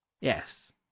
yes